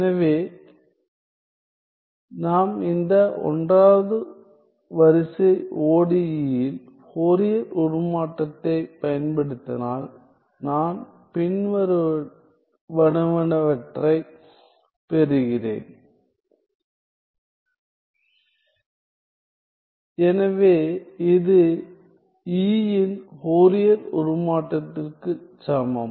எனவே நாம் இந்த 1 வது வரிசை ODE யில் ஃபோரியர் உருமாற்றத்தைப் பயன்படுத்தினால் நான் பின்வருவனவற்றைப் பெறுகிறேன் எனவே இது E இன் ஃபோரியர் உருமாற்றத்திற்கு சமம்